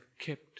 kept